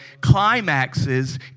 climaxes